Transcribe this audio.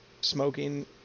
smoking